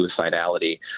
suicidality